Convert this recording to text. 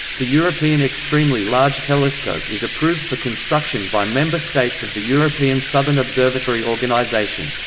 the european extremely large telescope is approved for construction by member states of the european southern observatory organization.